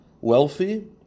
wealthy